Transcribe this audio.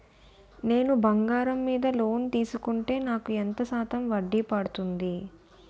నేను బంగారం మీద లోన్ తీసుకుంటే నాకు ఎంత శాతం వడ్డీ పడుతుంది?